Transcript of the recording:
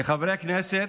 כחברי כנסת,